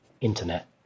internet